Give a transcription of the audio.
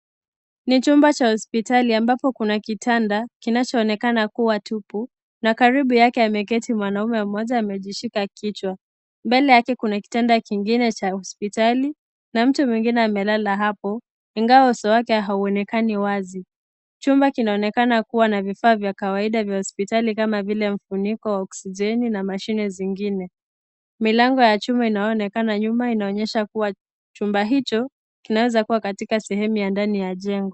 Ni chumba cha hospitali ambapo kuna kitanda, kinacho onekana kuwa tupu, na karibu yake ameketi mwanaume moja amejishika kichwa, mbele yake kuna kitanda kingine cha hospitali, na mtu mwingine amelala hapo, ingawa uso wake hauonekani wazi, chumba kinaonekana kuwa na vifaa vya kawaida vya hospitali kama vile mfuniko wa oxigeni, na mashine zingine, milango ya chuma inayo onekana nyuma inaonyesha kwamba chumba hicho, kinaeza kuwa katika sehemu ya ndani ya jengo.